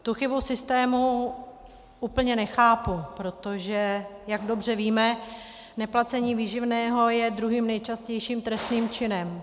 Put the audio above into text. Tu chybu v systému úplně nechápu, protože jak dobře víme, neplacení výživného je druhým nejčastějším trestným činem.